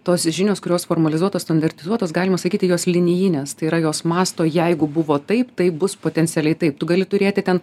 tos žinios kurios formalizuotos standartizuotos galima sakyti jos linijinės tai yra jos mąsto jeigu buvo taip tai bus potencialiai taip tu gali turėti ten